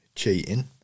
Cheating